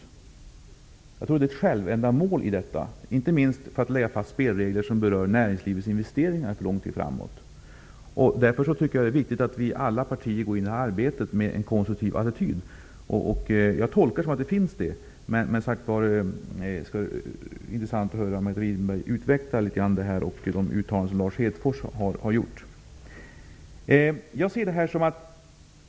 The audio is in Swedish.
Jag tror att det är ett självändamål, inte minst för att lägga fast spelregler som berör näringslivets investeringar för lång tid framåt. Därför tycker jag att det är viktigt att vi i alla partier går in i det här arbetet med en konstruktiv attityd. Min tolkning är att en sådan finns, men det skulle ändå som sagt vara intressant att höra Margareta Winberg utveckla frågan och kommentera de uttalanden som Lars Hedfors har gjort.